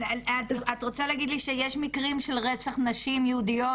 את רוצה להגיד לי שיש מקרים של רצח נשים יהודיות